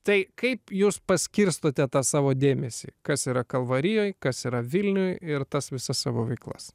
tai kaip jūs paskirstote tą savo dėmesį kas yra kalvarijoje kas yra vilniuje ir tas visas savo veiklos